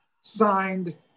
signed